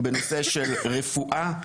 בנושא של רפואה,